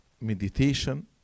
meditation